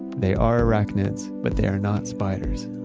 they are arachnids, but they are not spiders.